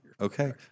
Okay